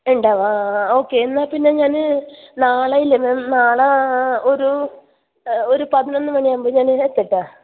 ഉണ്ടാവോ ആ ഓക്കേ എന്നാൽപ്പിന്നെ ഞാൻ നാളെ ഇല്ലേ മാം നാളെ ഒരു പതിനൊന്ന് മണി ആവുമ്പം ഞാൻ എത്തട്ടെ